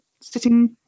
sitting